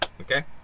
okay